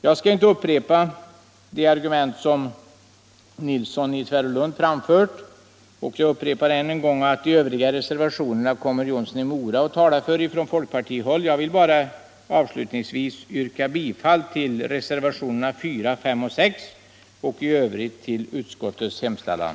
Jag skall inte här upprepa herr Nilssons i Tvärålund argument, och som jag sade kommer herr Jonsson i Mora att för vårt parti tala om de övriga motionerna som behandlas i utskottets betänkande. Herr talman! Jag ber att yrka bifall till reservationerna 4, 5 och 6. I övrigt yrkar jag bifall till utskottets hemställan.